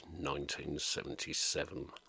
1977